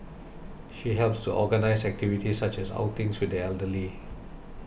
she helps to organise activities such as outings with the elderly